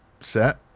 set